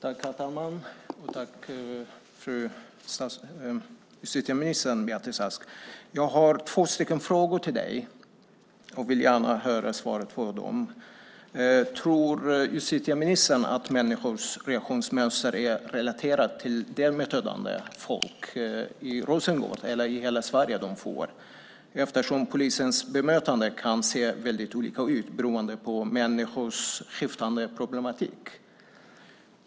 Herr talman! Jag tackar justitieminister Beatrice Ask för svaret. Jag har två frågor till dig som jag gärna vill ha svar på. Tror justitieministern att människors reaktionsmönster är relaterat till det bemötande som folk får i Rosengård eller i hela Sverige eftersom polisens bemötande kan se väldigt olika ut beroende på människors skiftande problematik?